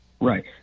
Right